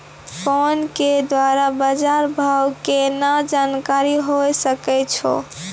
Phone के द्वारा बाज़ार भाव के केना जानकारी होय सकै छौ?